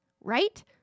Right